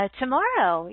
tomorrow